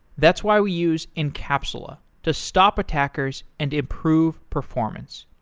that's why we use encapsula to stop attackers and improve performance.